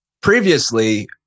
previously